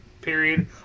period